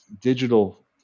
digital